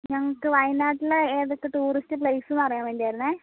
ഞങ്ങൾക്ക് വയനാട്ടിലെ ഏതൊക്കെ ടൂറിസ്റ്റ് പ്ലേസ് എന്ന് അറിയാൻ വേണ്ടിയായിരുന്നെ